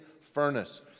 furnace